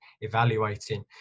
evaluating